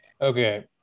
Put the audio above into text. Okay